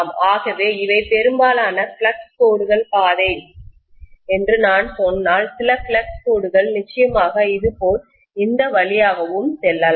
ஆகவே இவை பெரும்பாலான ஃப்ளக்ஸ் கோடுகள் பாதை என்று நான் சொன்னால் சில ஃப்ளக்ஸ் கோடுகள் நிச்சயமாக இதுபோல் இந்த வழியாகவும் செல்லலாம்